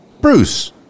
bruce